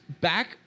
back